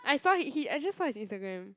I saw he he I just saw his Instagram